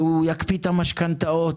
והוא יקפיא את המשכנתאות,